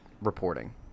reporting